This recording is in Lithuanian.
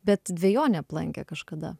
bet dvejonė aplankė kažkada